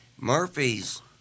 Murphy's